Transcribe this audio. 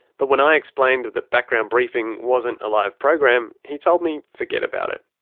but when i explained that background briefing wasn't a live program, he told me forget about it.